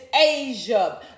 Asia